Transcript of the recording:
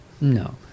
No